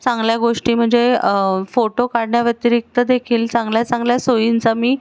चांगल्या गोष्टी म्हणजे फोटो काढण्याव्यतिरिक्त देखील चांगल्या चांगल्या सोयींचा मी